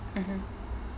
mmhmm